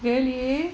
really